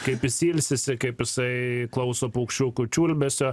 kaip jis ilsisi kaip jisai klauso paukščių čiulbesio